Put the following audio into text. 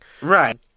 Right